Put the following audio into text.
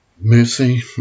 Mercy